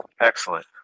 Excellent